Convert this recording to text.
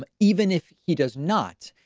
but even if he does not,